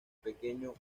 pequeño